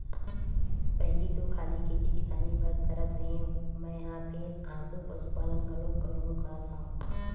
पहिली तो खाली खेती किसानी बस करत रेहे हँव मेंहा फेर एसो पसुपालन घलोक करहूं काहत हंव